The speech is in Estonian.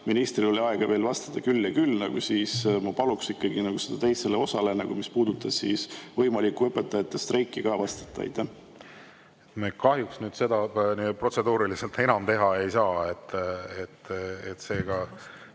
ministril oli aega veel vastata küll ja küll, siis ma paluks ikkagi sellele teisele osale, mis puudutas võimalikku õpetajate streiki, ka vastata. Me kahjuks nüüd seda protseduuriliselt enam teha ei saa. Seega,